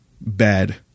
bad